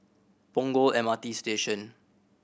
Punggol M R T Station